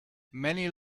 many